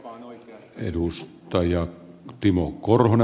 taannoin etuus toija timo eurolla